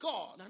God